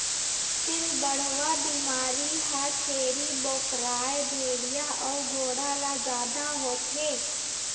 पिलबढ़वा बेमारी ह छेरी बोकराए भेड़िया अउ घोड़ा ल जादा होथे